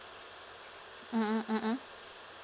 mm mmhmm